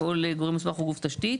גוף תשתית.